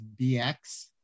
BX